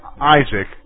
Isaac